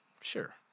Sure